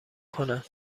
کنم